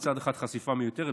מצד אחד חשיפה מיותרת,